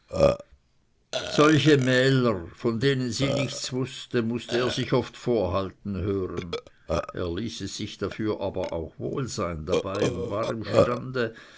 solche mähler von denen sie nichts erhielt mußte er oft sich vorhalten hören er ließ es sich dafür aber auch wohl sein dabei und war imstande